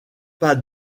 pas